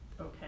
okay